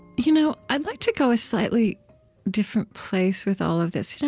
you know i'd like to go a slightly different place with all of this. yeah